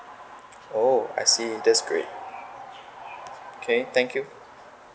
oh I see that's great okay thank you